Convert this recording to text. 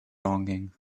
longing